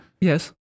Yes